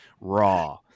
raw